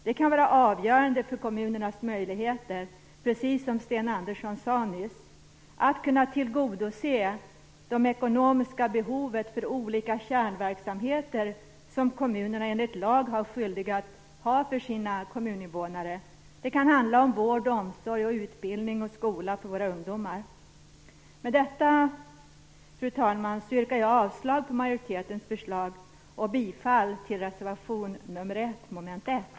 Det kan vara avgörande för kommunernas möjligheter att tillgodose de ekonomiska behoven för de olika kärnverksamheter som kommunerna enligt lag är skyldiga att ge sina kommuninvånare, precis som Sten Andersson sade. Det kan handla om vård, omsorg, utbildning och skola för våra ungdomar. Fru talman! Med detta yrkar jag avslag på majoritetens förslag och bifall till reservation nr 1, mom. 1.